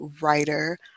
writer